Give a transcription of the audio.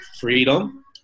freedom